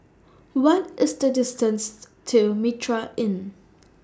What IS The distance to Mitraa Inn